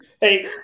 Hey